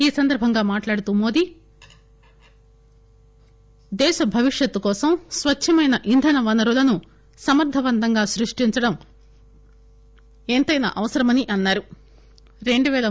ఈ సందర్భంగా మాట్హడుతూ మోదీ దేశ భవిష్యత్ కోసం స్వచ్చమైన ఇంధన వనరులను సమర్థవంతంగా సృష్టించడం ఎంతైనా అవసరమని అన్సారు